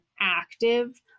active